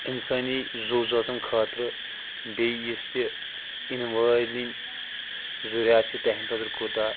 اِنسٲنی زُو زٲژَن خٲطرٕ بیٚیہِ یُس تہِ ییٚنہٕ وٲلی ضریاتھ چھِ تِہٕنٛدِ خٲطرٕ کوٗتاہ